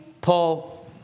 Paul